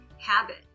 habit